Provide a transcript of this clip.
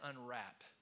unwrap